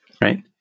Right